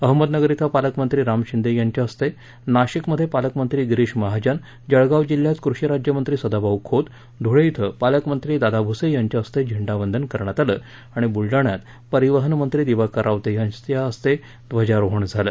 अहमदनगर इथं पालकमंत्री राम शिंदे यांच्या हस्ते नाशिक मध्ये पालकमंत्री गिरीश महाजन जळगाव जिल्हात कृषीराज्यमंत्री सदाभाऊ खोत धुळे इथ पालकमंत्री दादा भूसे यांच्या हस्ते झेंडावंदन करण्यात आलं आणि बुलडाण्यात परिवहन मंत्री दिवाकर रावते यांच्या हस्ते ध्वजारोहन झालं